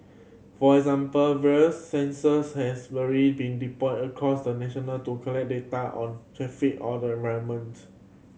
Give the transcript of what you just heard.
for example various sensors has already been deployed across the nation to collect data on traffic or the